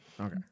Okay